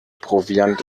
proviant